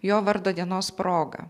jo vardo dienos proga